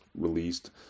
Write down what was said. released